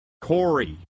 Corey